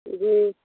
جی